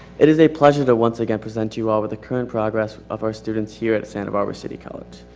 it is a pleasure to once again present to you all with the current progress of our students here at santa barbara city college.